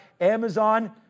Amazon